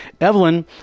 Evelyn